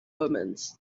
omens